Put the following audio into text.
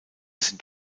sind